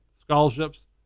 scholarships